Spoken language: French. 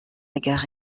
gare